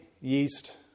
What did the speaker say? yeast